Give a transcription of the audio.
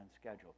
schedule